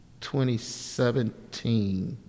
2017